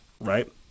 right